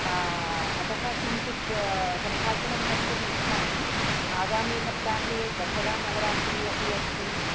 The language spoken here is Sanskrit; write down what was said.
अतः किञ्चित् सम्भाषणं कर्तुम् इच्छामि आगामी सप्ताहे दशरानवरात्रि अपि अस्ति